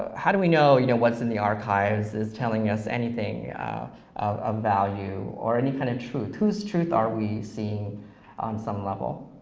how do we know you know what's in the archives is telling us anything of of value or any kind of truth? whose truth are we seeing on some level?